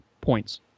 points